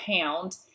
pound